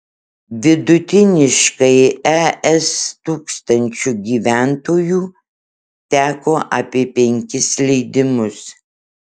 vidutiniškai es tūkstančiu gyventojų teko apie penkis leidimus